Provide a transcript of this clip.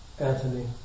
Anthony